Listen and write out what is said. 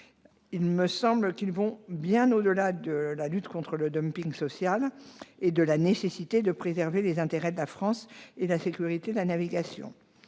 travailleurs, ils vont bien au-delà de la lutte contre le dumping social et de la nécessité de préserver les intérêts de la France et la sécurité de la navigation.